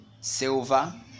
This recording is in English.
silver